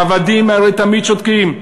העבדים הרי תמיד שותקים.